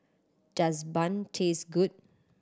does bun taste good